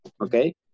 Okay